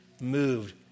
moved